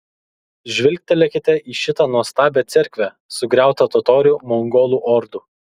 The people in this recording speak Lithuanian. žvilgtelėkite į šitą nuostabią cerkvę sugriautą totorių mongolų ordų